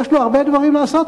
יש לו הרבה דברים לעשות,